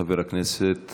חבר הכנסת